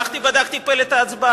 הלכתי ובדקתי את פלט ההצבעה.